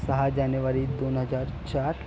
सहा जानेवारी दोन हजार चार